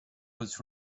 was